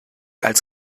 als